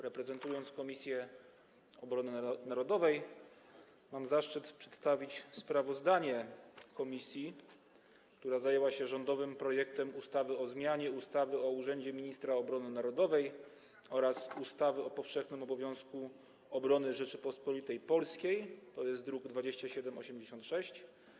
Reprezentując Komisję Obrony Narodowej, mam zaszczyt przedstawić sprawozdanie komisji, która zajęła się rządowym projektem ustawy o zmianie ustawy o urzędzie Ministra Obrony Narodowej oraz ustawy o powszechnym obowiązku obrony Rzeczypospolitej Polskiej, to jest druk nr 2786.